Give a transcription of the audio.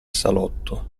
salotto